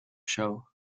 show